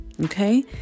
okay